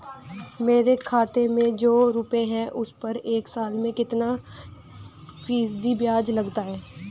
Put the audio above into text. मेरे खाते में जो रुपये हैं उस पर एक साल में कितना फ़ीसदी ब्याज लगता है?